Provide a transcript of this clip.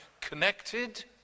connected